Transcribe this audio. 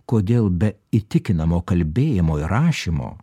kodėl be įtikinamo kalbėjimo ir rašymo